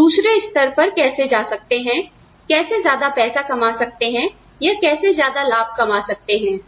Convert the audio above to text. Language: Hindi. दूसरे स्तर पर कैसे जा सकते हैं कैसे ज्यादा पैसा कमा सकते हैं या कैसे ज्यादा लाभ कमा सकते हैं